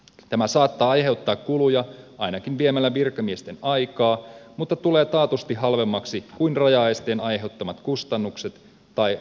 tämä saattaa aiheuttaa kuluja ainakin viemällä virkamiesten aikaa mutta tulee taatusti halvemmaksi kuin rajaesteen aiheuttamat kustannukset tai rajaesteen poisto